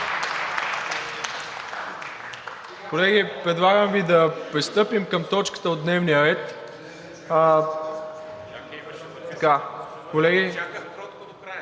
Колеги, предлагам Ви да пристъпим към точката от дневния ред.